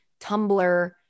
Tumblr